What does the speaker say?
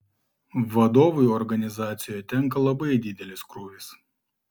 vadovui organizacijoje tenka labai didelis krūvis